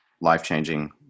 life-changing